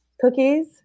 cookies